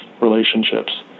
relationships